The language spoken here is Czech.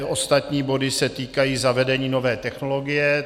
Ostatní body se týkají zavedení nové technologie.